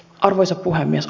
arvoisa puhemies